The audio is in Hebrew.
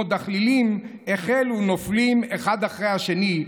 דחלילים החלו נופלים אחד אחרי השני,